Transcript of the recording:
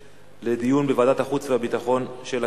לדיון בוועדת החוץ והביטחון של הכנסת.